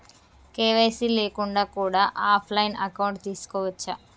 KYC లేకుండా కూడా offline account తీసుకోవచ్చా?